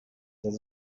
there